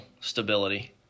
stability